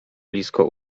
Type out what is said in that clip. blisko